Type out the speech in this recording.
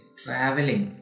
traveling